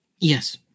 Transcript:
Yes